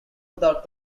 without